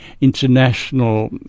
international